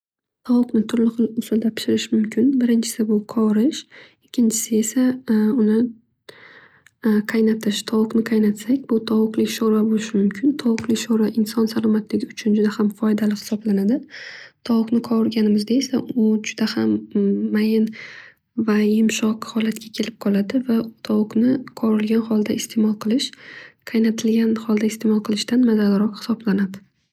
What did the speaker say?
Tovuqni turli usulda pishirish mumkin. Birinchisi bu qovurish. Ikkinchisi esa uni qaynatish. Tovuqni qaynatsak bu tovuqli sho'rva bo'lishi mumkin. Tovuqli sho'rva inson salomatligi uchun juda ham foydali hisoblanadi. Tovuqni qovurganimizda esa u juda ham mayin va yumshoq holatga kelib qoladi. Va tovuqni qovurilgan holda istemol qilish qaynatilgan holda istemol qilishdan mazaliroq hisoblanadi.